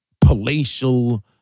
palatial